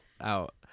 out